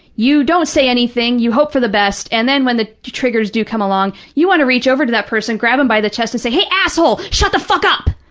you don't say anything, you hope for the best, and then when the triggers do come along, you want to reach over to that person, grab them by the chest and say, hey, asshole, shut the fuck up,